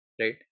right